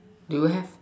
do you have